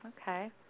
Okay